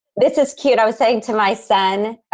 this is cute. i was saying to my son,